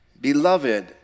Beloved